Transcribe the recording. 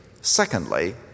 Secondly